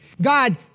God